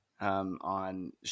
on